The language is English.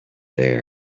there